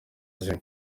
zimwe